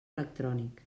electrònic